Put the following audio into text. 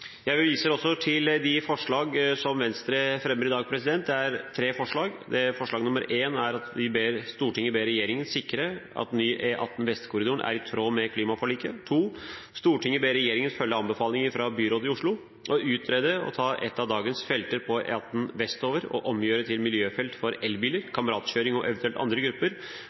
Jeg viser også til de tre forslagene som Venstre fremmer i dag. Forslag nr. 1 lyder: «Stortinget ber regjeringen sikre at ny E18 Vestkorridoren er i tråd med klimaforliket.» Forslag nr. 2 lyder: «Stortinget ber regjeringen følge anbefalingen fra byrådet i Oslo og utrede å ta ett av dagens felter på E18 vestover og omgjøre til miljøfelt for elbiler, kameratkjøring og eventuelt andre grupper.»